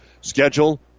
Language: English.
Schedule